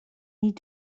need